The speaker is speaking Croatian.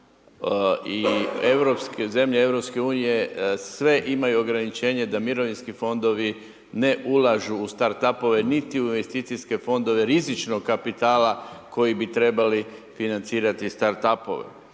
zemlje EU sve imaju ograničenje da mirovinski fondovi ne ulažu u start up-ove niti u investicijske fondove rizičnog kapitala koji bi trebali financirati start up-ove.